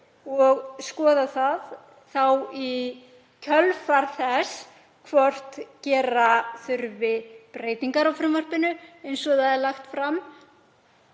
og skoða í kjölfar þess hvort gera þurfi breytingar á frumvarpinu eins og það er lagt fram